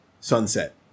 sunset